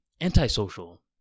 antisocial